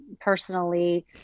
personally